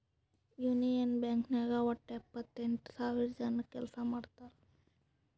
union Bank ನಾಗ್ ವಟ್ಟ ಎಪ್ಪತ್ತೆಂಟು ಸಾವಿರ ಜನ ಕೆಲ್ಸಾ ಮಾಡ್ತಾರ್